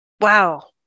Wow